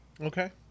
Okay